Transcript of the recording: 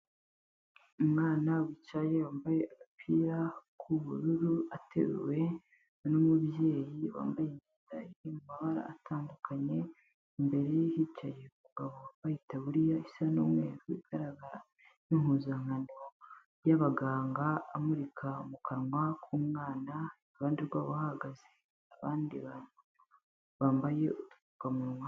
Umwana wicaye, wambaye agapira k'ubururu ateruwe n'umubyeyi wambaye imyenda y'amabara atandukanye, imbere hicaye umugabo wambaye itaburiya isa n'umweru igaragara nk'impuzankano y'abaganga amurika mu kanwa k'umwana iruhande rwabo hahagaze abandi bantu bambaye udupfukamunwa.